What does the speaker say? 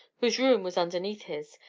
whose room was underneath his,